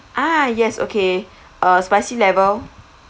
ah yes okay uh spicy level